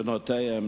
בנותיהם,